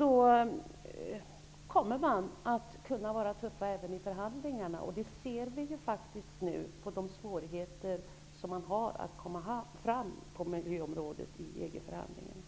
EG kommer att kunna agera tufft även i förhandlingarna. Det ser vi faktiskt nu på de svårigheter som Sverige har att komma fram på miljöområdet i EG-förhandlingarna.